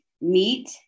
meat